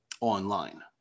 online